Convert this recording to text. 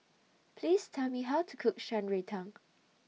Please Tell Me How to Cook Shan Rui Tang